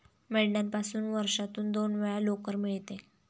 मेंढ्यापासून वर्षातून दोन वेळा लोकर मिळते